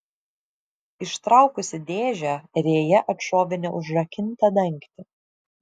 ištraukusi dėžę rėja atšovė neužrakintą dangtį